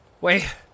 Wait